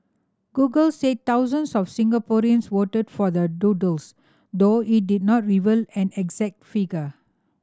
google said thousands of Singaporeans voted for the doodles though it did not reveal an exact figure